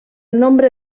nombre